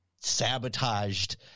sabotaged